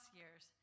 years